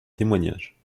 témoignage